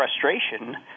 frustration